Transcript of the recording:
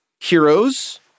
heroes